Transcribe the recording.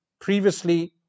previously